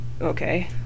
Okay